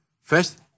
First